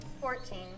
Fourteen